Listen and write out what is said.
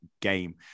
game